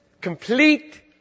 complete